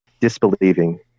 disbelieving